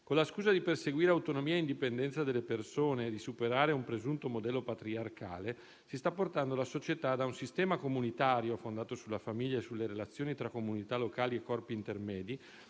Con la scusa di perseguire autonomia e indipendenza delle persone e di superare un presunto modello patriarcale, si sta portando la società da un sistema comunitario fondato sulla famiglia e sulle relazioni tra comunità locali e corpi intermedi